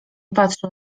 patrzył